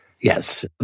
Yes